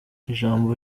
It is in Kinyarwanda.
ijambo